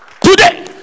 today